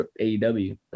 AEW